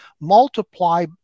multiply